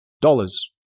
dollars